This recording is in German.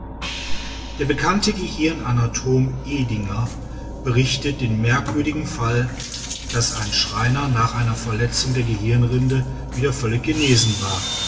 der bekannte gehirnanatom edinger berichtet den merkwürdigen fall daß ein schreiner nach einer verletzung der gehirnrinde wieder völlig genesen war